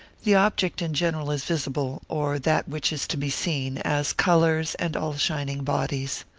the object in general is visible, or that which is to be seen, as colours, and all shining bodies.